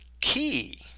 key